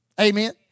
Amen